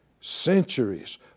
centuries